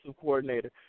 coordinator